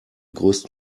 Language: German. größten